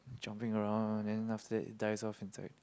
jumping around than after that it died on inside